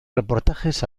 reportajes